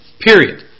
Period